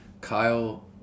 Kyle